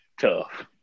tough